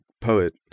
poet